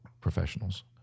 professionals